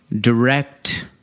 Direct